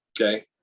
Okay